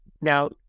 Now